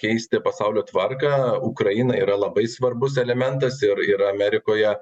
keisti pasaulio tvarką ukraina yra labai svarbus elementas ir ir amerikoje